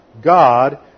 God